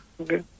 Okay